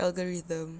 algorithm